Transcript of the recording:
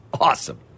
awesome